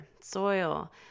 soil